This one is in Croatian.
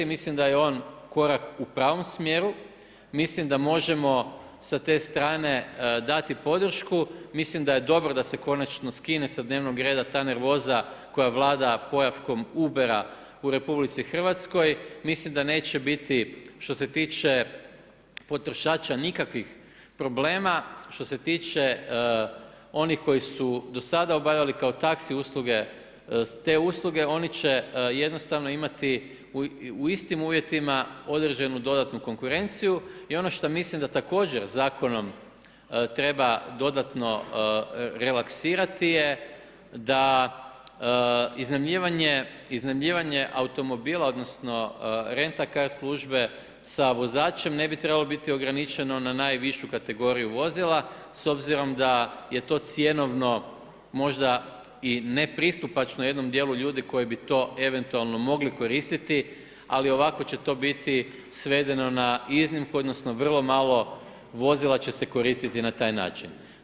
Mislim da je on korak u pravom smjeru, mislim da možemo sa te strane dati podršku, mislim da je dobro da se konačno skine sa dnevnog reda ta nervoza koja vlada pojavom Ubera u RH, mislim da neće biti, što se tiče potrošača nikakvih problema, što se tiče onih koji su do sada obavljali kao taxi usluge te usluge, oni će jednostavno imati u istim uvjetima određenu dodatnu konkurenciju i ono što mislim da također Zakonom treba dodatno relaksirati je da iznajmljivanje automobila, odnosno Rent-a-car službe sa vozačem ne bi trebalo biti ograničeno na najvišu kategoriju vozila s obzirom da je to cjenovno možda i nepristupačno jednom dijelu ljudi koji bi to eventualno mogli koristiti, ali ovako će to biti svedeno na iznimku, odnosno vrlo malo vozila će se koristiti na taj način.